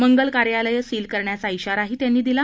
मंगल कार्यालयं सील करण्याचा शिराही त्यांनी दिला